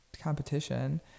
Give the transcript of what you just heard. competition